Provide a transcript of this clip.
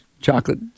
chocolate